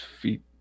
feet